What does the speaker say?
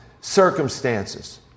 circumstances